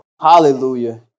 Hallelujah